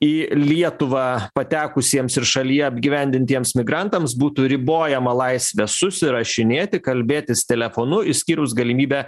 į lietuvą patekusiems ir šalyje apgyvendintiems migrantams būtų ribojama laisvė susirašinėti kalbėtis telefonu išskyrus galimybę